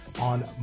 On